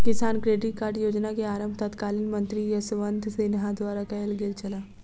किसान credit card योजना के आरम्भ तत्कालीन मंत्री यशवंत सिन्हा द्वारा कयल गेल छल